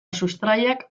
sustraiak